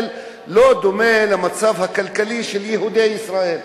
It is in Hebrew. לא דומה למצב הכלכלי של יהודי ישראל,